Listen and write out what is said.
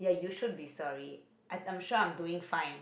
you should be sorry I'm sure I'm doing fine